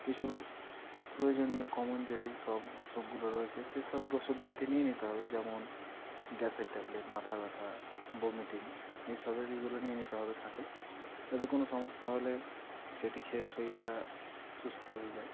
কিছু প্রয়োজনীয় কমন যে সব অসুখগুলো রয়েছে সে সবের ওষুধপাতি নিয়ে নিতে হবে যেমন গ্যাসের ট্যাবলেট মাথা ব্যথা ভমিটিং এইসবের এইগুলো নিয়ে নিতে হবে সাথে যাতে কোনো সমস্যা হলে সেটি খেয়ে শরীরটা সুস্থ হয়ে যায়